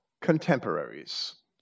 contemporaries